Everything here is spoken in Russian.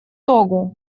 того